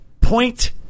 point